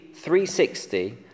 360